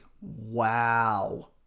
Wow